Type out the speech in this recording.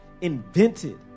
Invented